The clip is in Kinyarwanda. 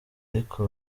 ariko